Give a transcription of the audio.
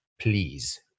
please